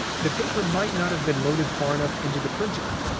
the paper might not have been loaded far enough into the printer.